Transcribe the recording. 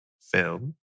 film